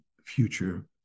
future